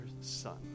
son